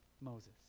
Moses